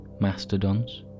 mastodons